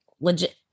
legit